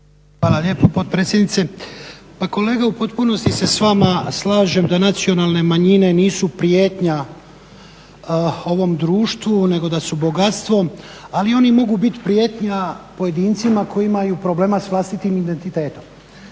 Hvala lijepo potpredsjednice. Pa kolega, u potpunosti se s vama slažem da nacionalne manjine nisu prijetnja ovom društvu, nego da su bogatstvom, ali oni mogu biti prijetnja pojedincima koji imaju problema s vlastitim identitetom.